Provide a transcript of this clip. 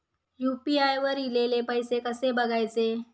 UPI वर ईलेले पैसे कसे बघायचे?